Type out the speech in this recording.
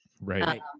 Right